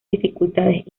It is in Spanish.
dificultades